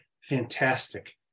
Fantastic